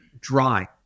dry